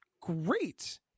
great